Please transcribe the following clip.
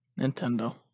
Nintendo